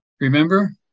remember